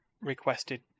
requested